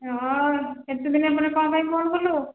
ହଁ ଏତେଦିନ ପରେ କ'ଣ ପାଇଁ ଫୋନ୍ କଲୁ